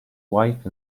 wife